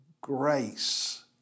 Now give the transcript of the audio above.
grace